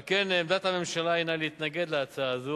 על כן עמדת הממשלה היא התנגדות להצעה זו,